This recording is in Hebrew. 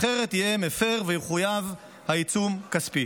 אחרת יהיה מפר ויחויב בעיצום כספי.